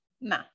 no